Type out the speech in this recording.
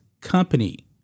company